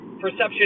perception